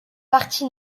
parti